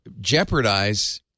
jeopardize